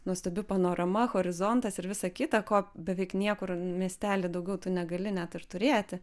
nuostabi panorama horizontas ir visa kita ko beveik niekur miestely daugiau tu negali net ir turėti